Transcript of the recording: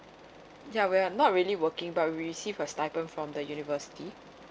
ya we're not really working but we receive a stipend from the university